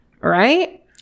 Right